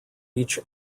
each